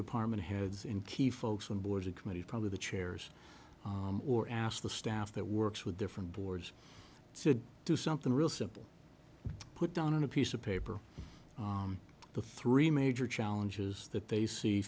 department heads in key folks from boards of committees probably the chairs or ask the staff that works with different boards to do something real simple put down on a piece of paper the three major challenges that they see